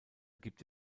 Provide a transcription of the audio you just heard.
gibt